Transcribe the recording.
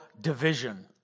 division